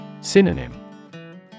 Synonym